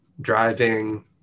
driving